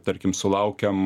tarkim sulaukiam